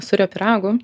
sūrio pyragų